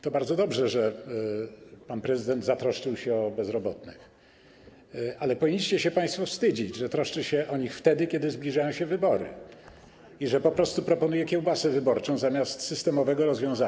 To bardzo dobrze, że pan prezydent zatroszczył się o bezrobotnych, ale powinniście się państwo wstydzić, że troszczy się o nich wtedy, kiedy zbliżają się wybory, i że po prostu proponuje kiełbasę wyborczą zamiast systemowego rozwiązania.